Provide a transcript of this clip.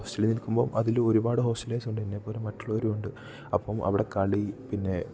ഹോസ്റ്റലിൽ നിൽക്കിമ്പോോൾ അതിൽ ഒരുപാട് ഹോസ്റ്റലേഴ്സുണ്ട് എന്നെ പോലെ മറ്റുള്ളവരും ഉണ്ട് അപ്പം അവടെ കളി പിന്നേ